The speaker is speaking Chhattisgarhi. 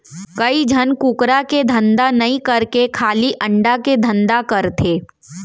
कइ झन कुकरा के धंधा नई करके खाली अंडा के धंधा करथे